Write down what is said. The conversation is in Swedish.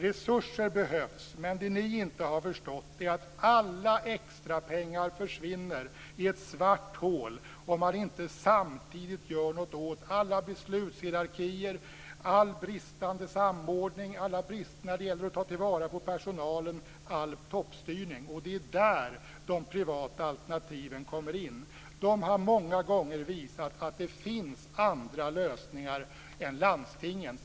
Resurser behövs, men ni har inte förstått att alla extra pengar försvinner i ett svart hål om man inte samtidigt gör något åt alla beslutshierarkier, all bristande samordning, alla brister när det gäller att ta vara på personalen och all toppstyrning. Det är där de privata alternativen kommer in. De har många gånger visat att det finns andra lösningar än landstingens.